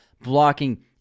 Blocking